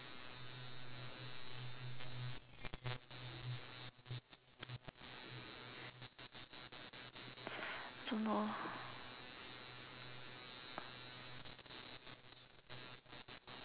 don't know